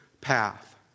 path